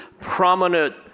prominent